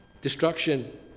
destruction